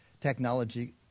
technology